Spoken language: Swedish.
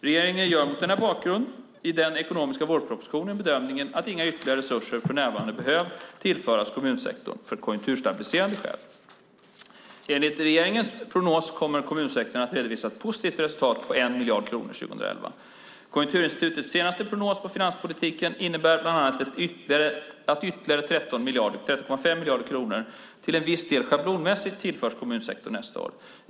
Regeringen gör mot denna bakgrund i den ekonomiska vårpropositionen bedömningen att inga ytterligare resurser för närvarande behöver tillföras kommunsektorn av konjunkturstabiliserande skäl. Enligt regeringens prognos kommer kommunsektorn att redovisa ett positivt resultat på 1 miljard kronor 2011. Konjunkturinstitutets senaste prognos på finanspolitiken innebär bland annat att ytterligare 13,5 miljarder kronor, till viss del schablonmässigt, tillförs kommunsektorn nästa år.